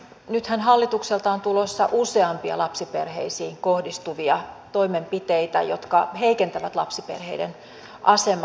nythän hallitukselta on tulossa useampia lapsiperheisiin kohdistuvia toimenpiteitä jotka heikentävät lapsiperheiden asemaa